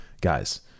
guys